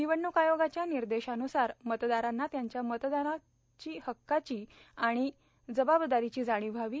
निवडणूक आयोगाच्या निर्देशान्सार मतदारांना त्यांच्या मतदानाची हक्काची आणि जबाबदारीची जाणीव व्हावी